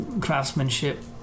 craftsmanship